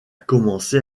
commencé